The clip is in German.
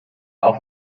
auch